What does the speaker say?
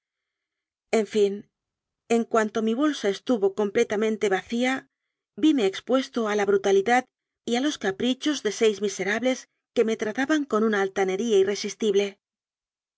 en fin en cuanto mi bolsa estuvo completamente vacía vime expuesto a la brutalid ad y a los caprichos de seis miserables c ue me trataban con una al tanería irresistible